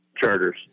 charters